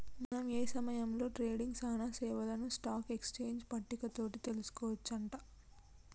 మనం ఏ సమయంలో ట్రేడింగ్ సానా సేవలను స్టాక్ ఎక్స్చేంజ్ పట్టిక తోటి తెలుసుకోవచ్చు అంట